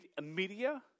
media